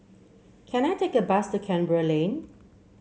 can I take a bus to Canberra Lane